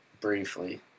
Briefly